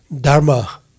dharma